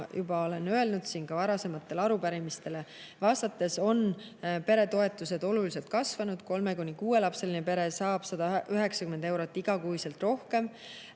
ma juba olen öelnud siin varasematele arupärimistele vastates, on peretoetused oluliselt kasvanud. Kolme‑ kuni kuuelapseline pere saab 190 eurot igakuiselt rohkem